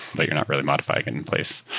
but you're not really modifying it in place.